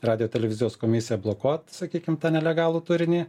radijo televizijos komisija blokuot sakykim tą nelegalų turinį